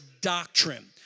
doctrine